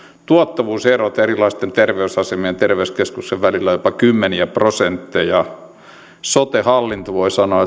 tuottavuuserot erilaisten terveysasemien terveyskeskusten välillä ovat jopa kymmeniä prosentteja sote hallinto voi sanoa